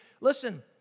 listen